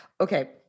okay